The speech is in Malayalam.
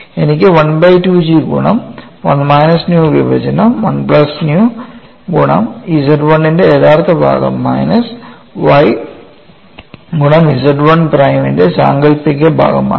എനിക്ക് 1ബൈ 2 G ഗുണം 1 മൈനസ് ന്യൂ വിഭജനം 1 പ്ലസ് ന്യൂ ഗുണം Z 1 ന്റെ യഥാർത്ഥ ഭാഗം മൈനസ് y ഗുണം Z 1 പ്രൈമിന്റെ സാങ്കൽപ്പിക ഭാഗം ആണ്